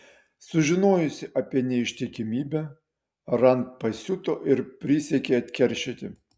sužinojusi apie neištikimybę rand pasiuto ir prisiekė atkeršyti